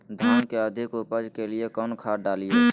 धान के अधिक उपज के लिए कौन खाद डालिय?